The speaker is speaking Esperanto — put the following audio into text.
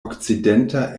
okcidenta